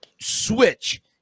switch